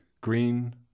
green